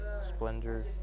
splendor